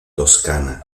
toscana